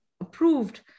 approved